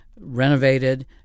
renovated